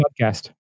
podcast